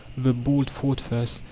the bold thought first,